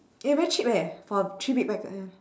eh very cheap eh for three big packets